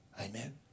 Amen